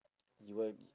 you will